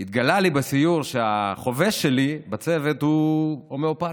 התגלה לי בסיור שהחובש שלי בצוות הוא הומאופת,